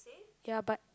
ya but